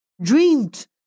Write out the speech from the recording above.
dreamed